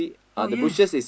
oh yes